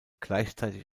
gleichzeitig